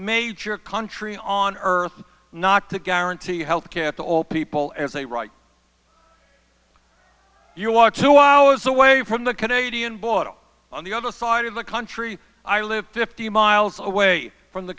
major country on earth not to guarantee health care to all people as a right you watch who was away from the canadian border on the other side of the country i lived fifty miles away from the